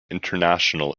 international